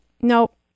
nope